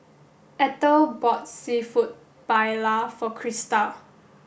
Ethel bought Seafood Paella for Christa